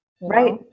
Right